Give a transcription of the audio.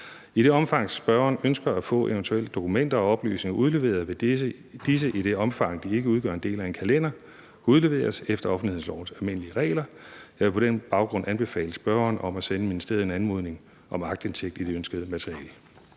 I det omfang, spørgeren ønsker at få eventuelle dokumenter og oplysninger udleveret, vil disse i det omfang, de ikke udgør en del af en kalender, udleveres efter offentlighedslovens almindelige regler. Jeg vil på den baggrund anbefale spørgeren om at sende ministeriet en anmodning om aktindsigt i det ønskede materiale.